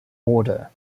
order